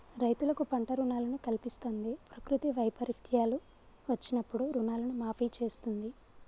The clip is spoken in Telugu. రైతులకు పంట రుణాలను కల్పిస్తంది, ప్రకృతి వైపరీత్యాలు వచ్చినప్పుడు రుణాలను మాఫీ చేస్తుంది